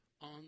On